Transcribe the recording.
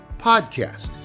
podcast